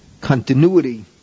continuity